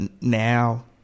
now